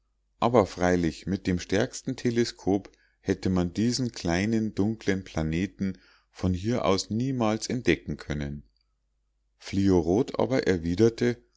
aber freilich mit dem stärksten teleskop hätte man diesen kleinen dunklen planeten von hier aus niemals entdecken können fliorot aber erwiderte